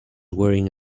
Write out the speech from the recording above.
wearing